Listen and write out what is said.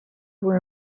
were